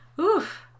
Oof